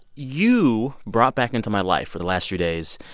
you brought back into my life, for the last few days,